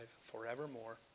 forevermore